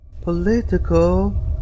Political